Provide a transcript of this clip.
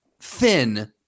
thin